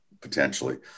potentially